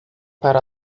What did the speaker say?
para